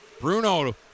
Bruno